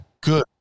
Good